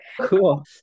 Cool